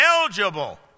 eligible